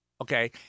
Okay